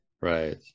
right